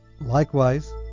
Likewise